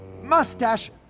Mustache